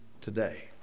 today